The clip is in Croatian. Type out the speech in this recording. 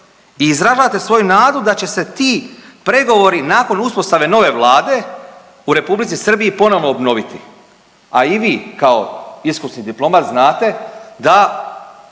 I izražavate svoju nadu da će se ti pregovori nakon uspostave nove Vlade u R. Srbiji ponovno obnoviti, a i vi kao iskusni diplomat znate da